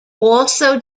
also